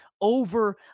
over